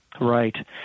Right